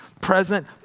present